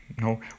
No